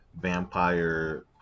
vampire